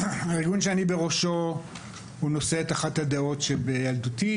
הארגון שאני בראשו נושא את אחת הדעות שבילדותי